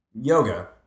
Yoga